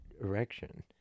erection